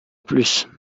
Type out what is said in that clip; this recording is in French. plus